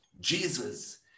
Jesus